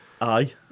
Aye